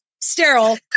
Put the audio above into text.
sterile